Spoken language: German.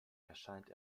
erscheint